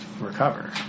recover